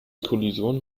kollision